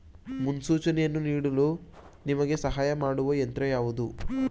ಮುನ್ಸೂಚನೆಯನ್ನು ನೀಡಲು ನಿಮಗೆ ಸಹಾಯ ಮಾಡುವ ಯಂತ್ರ ಯಾವುದು?